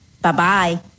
Bye-bye